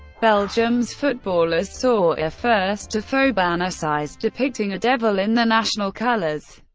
belgium's footballers saw a first tifo banner, sized depicting a devil in the national colours.